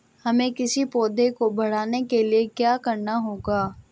हमें किसी पौधे को बढ़ाने के लिये क्या करना होगा?